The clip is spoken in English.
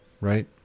right